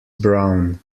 brown